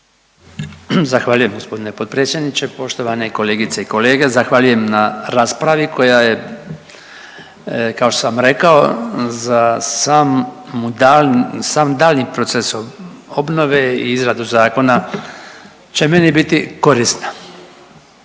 Zahvaljujem g. potpredsjedniče. Poštovane kolegice i kolege, zahvaljujem na raspravi koja je, kao što sam rekao, za samu .../nerazumljivo/... sam daljnji procesom obnove i izradu zakona će meni biti korisna.